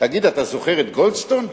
תגיד, אתה זוכר את גולדסטון?